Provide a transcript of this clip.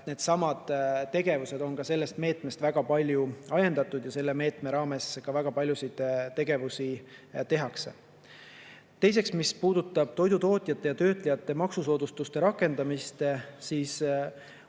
Needsamad tegevused on väga palju ka sellest meetmest ajendatud ja selle meetme raames väga paljusid tegevusi tehakse. Teiseks, mis puudutab toidutootjate ja ‑töötlejate maksusoodustuste rakendamist, siis